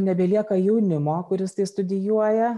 nebelieka jaunimo kuris tai studijuoja